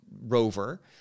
rover